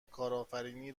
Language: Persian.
کارآفرینی